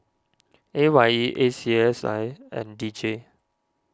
A Y E A C S I and D J